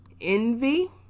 envy